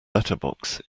letterbox